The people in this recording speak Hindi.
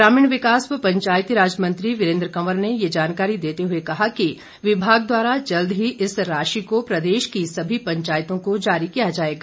ग्रामीण विकास व पंचायतीराज मंत्री वीरेन्द्र कंवर ने ये जानकारी देते हुए कहा कि विभाग द्वारा जल्द ही इस राशि को प्रदेश की सभी पंचायतों को जारी किया जाएगा